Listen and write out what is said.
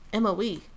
MOE